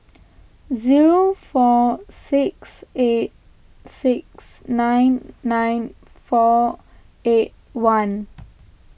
four six eight six nine nine four eight one